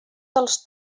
dels